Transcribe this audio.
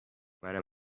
منم